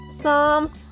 Psalms